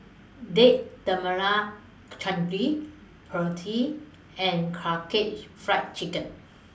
Date Tamarind Chutney Pretzel and Karaage Fried Chicken